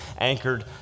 anchored